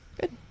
Good